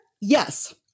Yes